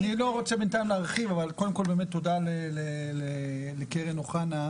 אני לא רוצה בינתיים להרחיב אבל קודם כל באמת לומר תודה לקרן אוחנה.